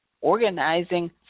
Organizing